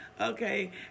okay